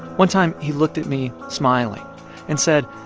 one time he looked at me smiling and said,